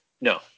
no